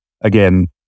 again